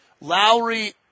Lowry